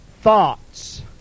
thoughts